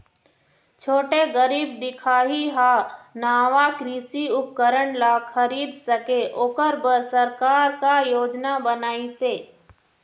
छोटे गरीब दिखाही हा नावा कृषि उपकरण ला खरीद सके ओकर बर सरकार का योजना बनाइसे?